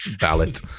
ballot